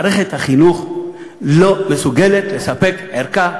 שמערכת החינוך לא מסוגלת לספק ערכת